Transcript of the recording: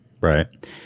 right